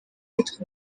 bitwa